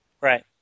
Right